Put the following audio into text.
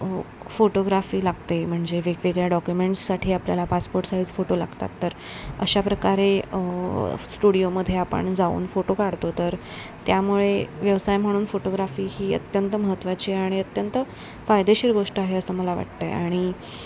photography लागते म्हणजे वेगवेगळ्या डॉक्युमेंट्ससाठी आपल्याला पासपोर्ट साईज फोटो लागतात तर अशाप्रकारे स्टुडिओमध्ये आपण जाऊन फोटो काढतो तर त्यामुळे व्यवसाय म्हणून फोटोग्राफी ही अत्यंत महत्त्वाची आणि अत्यंत फायदेशीर गोष्ट आहे असं मला वाटतं आहे आणि